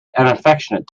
affectionate